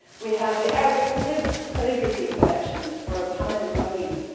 we have the arabic calligraphy calligraphy collection from mohamed ibrahim.